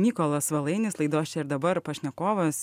mykolas valainis laidos čia ir dabar pašnekovas